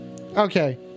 okay